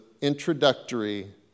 introductory